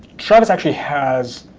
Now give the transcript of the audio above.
travis actually has